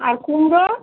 আর কুমড়ো